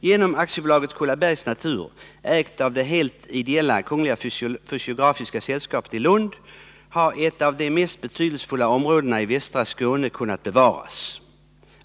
Genom AB Kullabergs Natur, ägt av det helt ideella Kungl. Fysiografiska Sällskapet i Lund, har ett av de mest betydelsefulla områdena i västra Skåne kunnat bevaras.